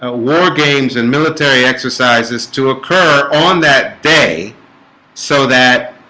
ah wargames and military exercises to occur on that day so that